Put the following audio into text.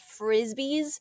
frisbees